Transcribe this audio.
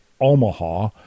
Omaha